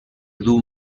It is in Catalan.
duu